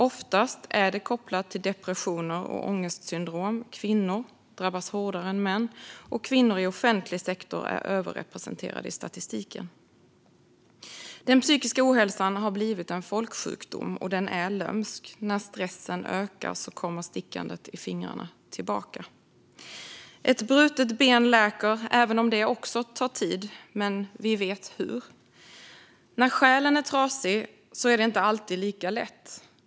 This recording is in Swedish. Oftast är det kopplat till depressioner och ångestsyndrom. Kvinnor drabbas hårdare än män, och kvinnor i offentlig sektor är överrepresenterade i statistiken. Den psykiska ohälsan har blivit en folksjukdom, och den är lömsk. När stressen ökar kommer stickandet i fingrarna tillbaka. Ett brutet ben läker, även om det också tar tid. Men vi vet hur. När själen är trasig är det inte alltid lika lätt.